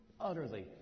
utterly